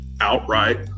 outright